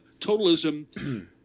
Totalism